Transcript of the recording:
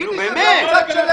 תגידי שאת לא רוצה לשלם.